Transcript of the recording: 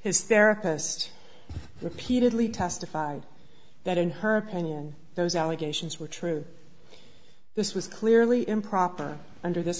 his therapist repeatedly testified that in her opinion those allegations were true this was clearly improper under this